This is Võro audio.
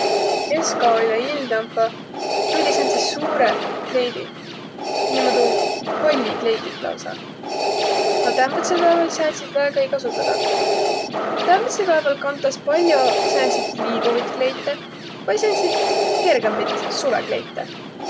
Keskaol ja ildampa tulliq säändseq suurõq kleidiq. Niimoodu ballikleidiq lausa. A täämbädsel pääväl sääntsit väega ei kasutadaq. Täämbädsel pääväl kantas pall'o sääntsit liibuvit kleite vai sääntsit kergembit suvõkleite.